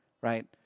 right